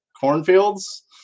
cornfields